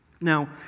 Now